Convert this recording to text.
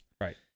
Right